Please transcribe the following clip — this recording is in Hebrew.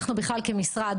אנחנו בכלל כמשרד,